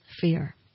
fear